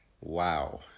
Wow